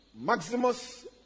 Maximus